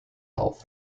auf